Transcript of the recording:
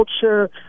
culture